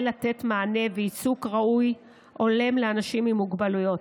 לתת מענה וייצוג ראוי והולם לאנשים עם מוגבלויות.